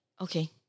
Okay